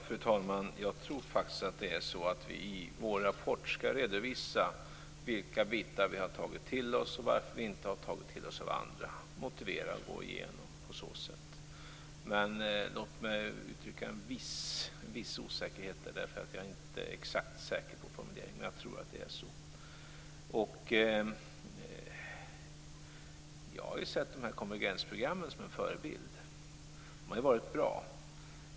Fru talman! Jag tror att vi i vår rapport skall redovisa vilka bitar vi har tagit till oss och varför vi inte har tagit till oss av andra, att vi alltså på så sätt skall motivera det vi har gjort. Låt mig ändå på den punkten uttrycka en viss osäkerhet. Jag är inte exakt säker på formuleringen, men jag tror att det är så. Jag har sett konvergensprogrammen som en förebild. De har varit bra.